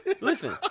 Listen